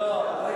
לא, לא, אני